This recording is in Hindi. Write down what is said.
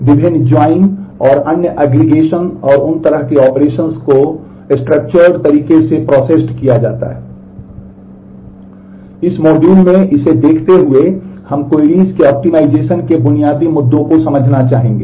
इस मॉड्यूल में इसे देखते हुए हम क्वेरीज के बुनियादी मुद्दों को समझना चाहेंगे